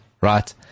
right